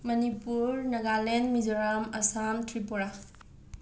Manipur Nagaland Mizoram Assam Tripura